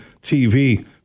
TV